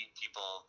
people